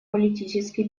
политические